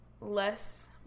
less